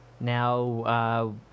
Now